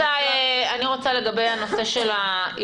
אני רוצה לדבר על נושא האירועים.